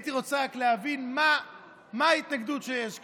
הייתי רוצה רק להבין מה ההתנגדות שיש כאן.